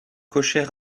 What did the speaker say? cocher